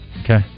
okay